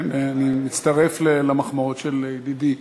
כן, אני מצטרף למחמאות של ידידי.